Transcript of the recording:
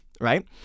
Right